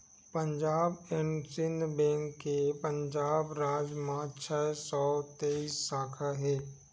Punjab and Sind bank के पंजाब राज म छै सौ तेइस साखा हे